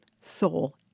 soul